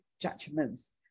judgments